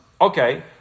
Okay